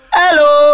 hello